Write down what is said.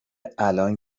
الان